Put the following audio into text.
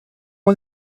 one